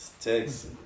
Texas